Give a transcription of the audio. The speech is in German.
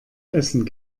essen